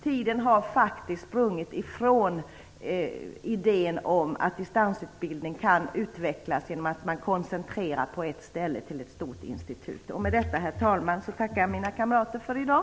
Tiden har faktiskt sprungit ifrån idén om att distansutbildning kan utvecklas genom att den koncentreras till ett stort institut på ett ställe. Med detta, herr talman, tackar jag mina kamrater för i dag.